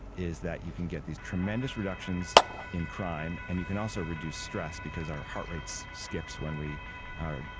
is that you can get these tremendous reductions in crime and you can also reduce stress, because our heart rates skips when we are,